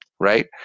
right